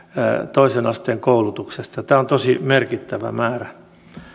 toisen asteen koulutuksesta tämä on tosi merkittävä määrä